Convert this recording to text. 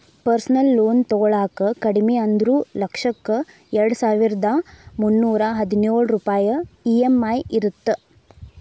personal loan ತೊಗೊಳಾಕ ಕಡಿಮಿ ಅಂದ್ರು ಲಕ್ಷಕ್ಕ ಎರಡಸಾವಿರ್ದಾ ಮುನ್ನೂರಾ ಹದಿನೊಳ ರೂಪಾಯ್ ಇ.ಎಂ.ಐ ಇರತ್ತ